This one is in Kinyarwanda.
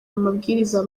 amabwiriza